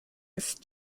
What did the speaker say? ist